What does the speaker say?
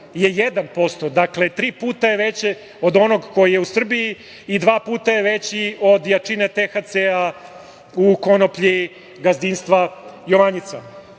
je 1%. Dakle, tri puta je veće od onog koji je u Srbiji i dva puta je veći od jačine THC-a u konoplji gazdinstva „Jovanjica“.Inače,